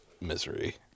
misery